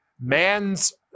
man's